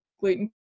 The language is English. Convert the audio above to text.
gluten